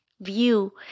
view